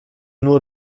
nur